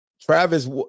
Travis